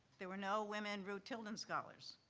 there were no women root-tilden scholars.